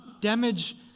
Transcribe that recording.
damage